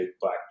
black